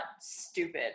stupid